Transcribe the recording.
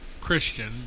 Christian